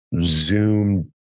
zoom